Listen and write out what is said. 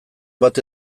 bat